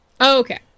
Okay